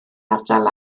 ardal